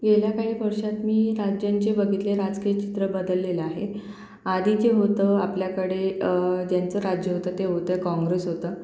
गेल्या काही वर्षात मी राज्यांचे बघितले राजकीय चित्र बदललेलं आहे आधी जे होतं आपल्याकडे ज्यांचं राज्य होतं ते होतं कॉंग्रेस होतं